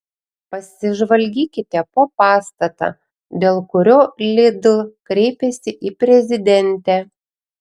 pasižvalgykite po pastatą dėl kurio lidl kreipėsi į prezidentę